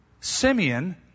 Simeon